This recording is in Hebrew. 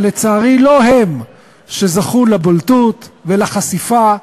אבל, לצערי, לא הם שזכו לבולטות ולחשיפה ולתהודה.